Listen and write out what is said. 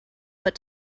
but